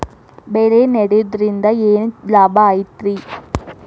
ಬೆಳೆ ನೆಡುದ್ರಿಂದ ಏನ್ ಲಾಭ ಐತಿ?